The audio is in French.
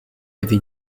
avait